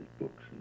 books